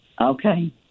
Okay